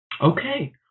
Okay